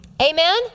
Amen